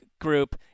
group –